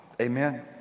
amen